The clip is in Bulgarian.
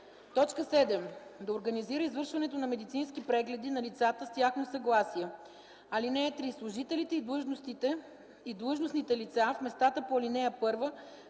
обект; 7. да организира извършването на медицински прегледи на лицата с тяхно съгласие. (3) Служителите и длъжностните лица в местата по ал. 1